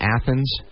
Athens